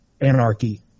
Anarchy